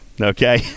okay